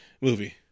movie